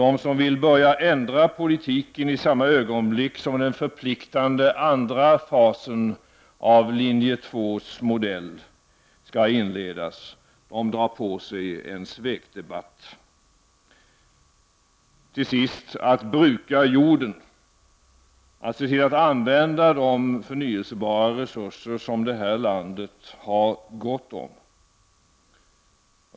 De som vill börja ändra politiken i samma ögonblick som den förpliktande andra fasen av linje 2:s modell skall inledas drar på sig en svekdebatt. Jorden skall brukas, och man måste se till att använda de förnyelsebara resurser som detta land har gott om.